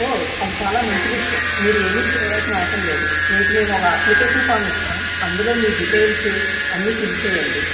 ఓ అది చాలా మంచి విషయం మీరు ఏమి చేయవలసిన అవసరం లేదు మీకు మేము ఒక అప్లికేషన్ ఫామ్ ఇస్తాం అందులో మీ డీటెయిల్స్ అన్ని ఫిల్ చేయండి